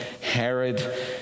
Herod